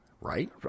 Right